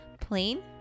plain